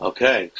Okay